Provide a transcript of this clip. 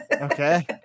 Okay